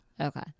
Okay